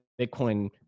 Bitcoin